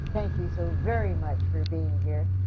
thank you so very much for being here.